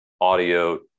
audio